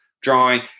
drawing